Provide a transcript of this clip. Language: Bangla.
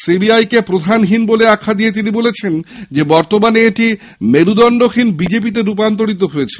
সিবিআইকে প্রধানহীন বলে আখ্যা দিয়ে তিনি বলেন বর্তমানে এটি মেরুদণ্ডহীন বিজেপিতে রূপান্তরিত হয়েছে